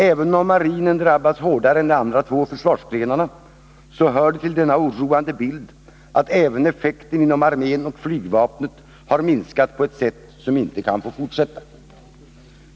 Även om marinen drabbats hårdare än de andra två försvarsgrenarna så hör det till denna oroande bild att även effekten inom armén och flygvapnet har minskats på ett sätt som inte kan få fortsätta.